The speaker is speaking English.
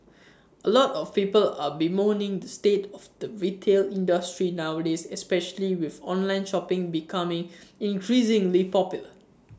A lot of people are bemoaning the state of the retail industry nowadays especially with online shopping becoming increasingly popular